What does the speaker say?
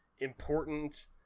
important